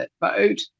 vote